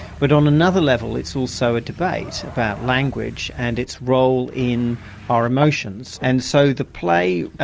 but on another level it's also a debate about language and its role in our emotions. and so the play,